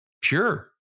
pure